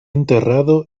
enterrado